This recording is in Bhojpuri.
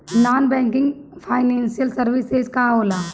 नॉन बैंकिंग फाइनेंशियल सर्विसेज का होला?